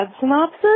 synopsis